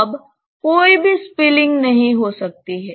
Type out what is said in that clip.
अब कोई भी स्पिलिंग छलकनाspilling नहीं हो सकती है